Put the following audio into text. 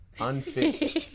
unfit